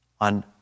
on